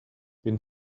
been